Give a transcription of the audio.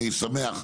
אני שמח,